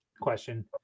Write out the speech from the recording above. question